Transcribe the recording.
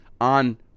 on